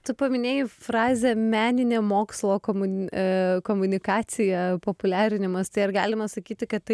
tu paminėjai frazę meninė mokslo komun komunikacija populiarinimas tai ar galima sakyti kad tai